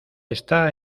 está